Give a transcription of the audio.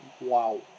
Wow